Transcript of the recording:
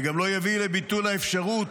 וגם לא יביא לביטול האפשרות